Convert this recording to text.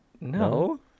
No